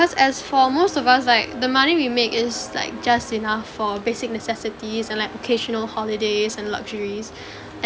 because as for most of us like the money we make is like just enough for basic necessities and like occasional holidays and luxuries